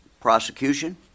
prosecution